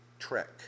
Trek